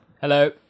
Hello